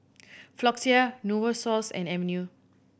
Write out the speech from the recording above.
Floxia Novosource and Avene